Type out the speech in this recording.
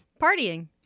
Partying